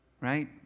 right